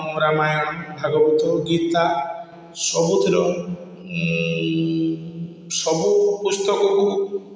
ରାମାୟଣ ଭାଗବତ ଗୀତା ସବୁଥିର ମୁଁ ସବୁ ପୁସ୍ତକକୁ